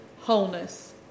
wholeness